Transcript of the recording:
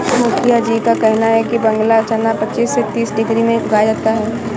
मुखिया जी का कहना है कि बांग्ला चना पच्चीस से तीस डिग्री में उगाया जाए